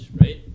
right